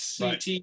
CT